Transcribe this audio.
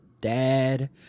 dad